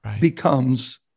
becomes